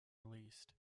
released